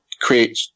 create